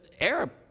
Arab